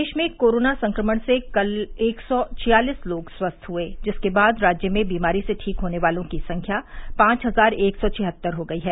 प्रदेश में कोरोना संक्रमण से कल एक सौ छियालीस लोग स्वस्थ हुए जिसके बाद राज्य में बीमारी से ठीक होने वालों की संख्या पांच हजार एक सौ छिहत्तर हो गई है